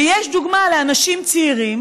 ויש דוגמה לאנשים צעירים